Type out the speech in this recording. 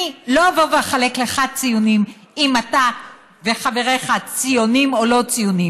אני לא אבוא ואחלק לך ציונים אם אתה וחבריך ציונים או לא ציונים.